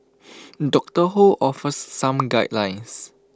doctor ho offers some guidelines